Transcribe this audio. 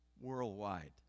worldwide